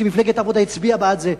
שמפלגת העבודה הצביעה בעד זה.